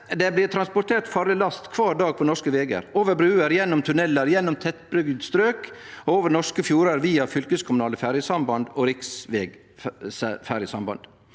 Det blir transportert ferjelast kvar dag på norske vegar – over bruer, gjennom tunnelar, gjennom tettbygd strøk, over norske fjordar via fylkeskommunale ferjesamband og riksvegferjesamband.